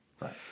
Right